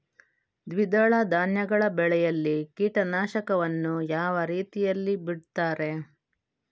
ದ್ವಿದಳ ಧಾನ್ಯಗಳ ಬೆಳೆಯಲ್ಲಿ ಕೀಟನಾಶಕವನ್ನು ಯಾವ ರೀತಿಯಲ್ಲಿ ಬಿಡ್ತಾರೆ?